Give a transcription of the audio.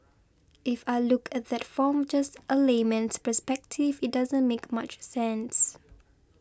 if I look at that from just a layman's perspective it doesn't make much sense